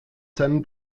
seinen